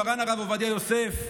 מרן הרב עובדיה יוסף,